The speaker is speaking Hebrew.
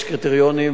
יש קריטריונים,